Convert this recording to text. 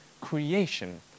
creation